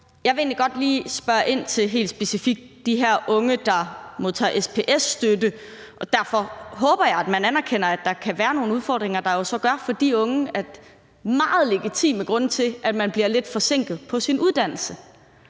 Jeg vil egentlig godt lige spørge helt specifikt ind til de her unge, der modtager SPS-støtte, og der håber jeg, at man anerkender, at der kan være nogle udfordringer, der gør, at de her unge har meget legitime grunde til at blive lidt forsinket på deres uddannelse.